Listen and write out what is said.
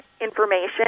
information